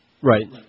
Right